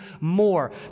more